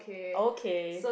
okay